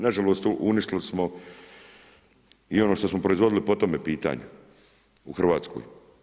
Nažalost uništili smo i ono što smo proizvodili po tome pitanju u Hrvatskoj.